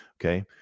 Okay